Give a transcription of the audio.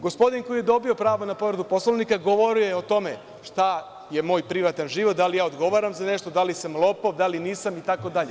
Gospodin koji je dobio pravo na povredu Poslovnika, govorio je o tome šta je moj privatan život, da li ja odgovaram za nešto, da li sam lopov, da li nisam itd.